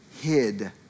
hid